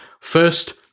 first